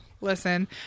Listen